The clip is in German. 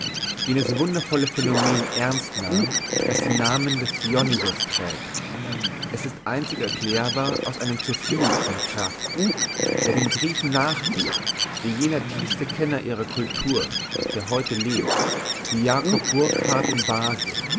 jenes wundervolle phänomen ernst nahm das den namen des dionysos trägt es ist einzig erklärbar aus einem zuviel von kraft wer den griechen nachgeht wie jener tiefste kenner ihrer cultur der heute lebt wie jakob burckhardt in basel